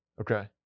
Okay